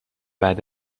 بعد